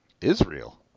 Israel